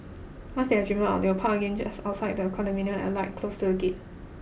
once they have driven out they will park again just outside the condominium and alight close to the gate